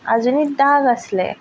आजूनी दाग आसले